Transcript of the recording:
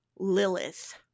Lilith